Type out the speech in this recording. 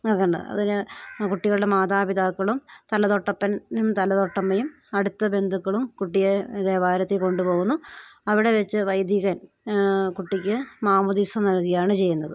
നൽകുന്നത് അതിന് ആ കുട്ടികളുടെ മാതാപിതാക്കളും തലതൊട്ടപ്പനും തലതൊട്ടമ്മയും അടുത്ത ബന്ധുക്കളും കുട്ടിയെ ദേവാലയത്തില് കൊണ്ടുപോകുന്നു അവിടെ വെച്ച് വൈദികൻ കുട്ടിക്ക് മാമോദീസ നൽകുകയുമാണ് ചെയ്യുന്നത്